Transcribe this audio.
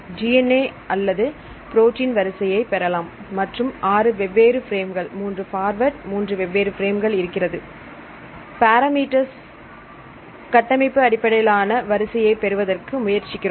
DNA வரிசை அல்லது protein வரிசை பெறலாம் மற்றும் ஆறு வெவ்வேறு பிரேம்கள் மூன்று ஃபார்வேர்டு மூன்று வெவ்வேறு பிரேம்கள் இருக்கிறது பரா மீட்டர்ஸ் கட்டமைப்பு அடிப்படையிலான வரிசையை பெறுவதற்கு முயற்சிக்கிறோம்